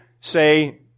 say